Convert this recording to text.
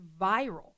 viral